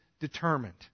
determined